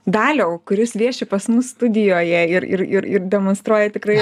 daliau kuris vieši pas mus studijoje ir ir ir ir demonstruoja tikrai